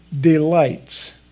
delights